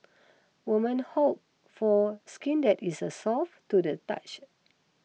women hope for skin that is soft to the touch